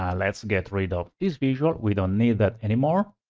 um let's get rid of this visual. we don't need that anymore.